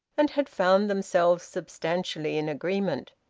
and had found themselves substantially in agreement.